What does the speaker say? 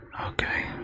Okay